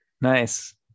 Nice